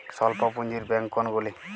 স্বল্প পুজিঁর ব্যাঙ্ক কোনগুলি?